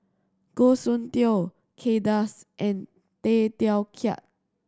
Goh Soon Tioe Kay Das and Tay Teow Kiat